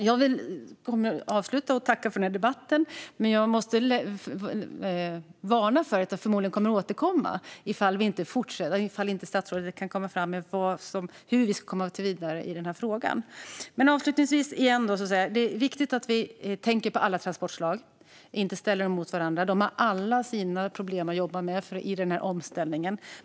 Jag vill avsluta med att tacka för debatten. Men jag måste varna för att jag förmodligen återkommer ifall inte statsrådet kan tala om hur vi ska komma vidare i den här frågan. Avslutningsvis igen är det viktigt att vi tänker på alla transportslag och inte ställer dem mot varandra. De har alla sina problem att jobba med i omställningen.